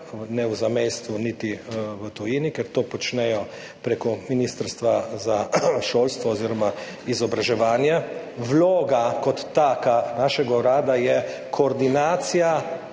niti v zamejstvu niti v tujini, ker to počnejo prek Ministrstva za šolstvo oziroma izobraževanje. Vloga našega urada kot taka je koordinacija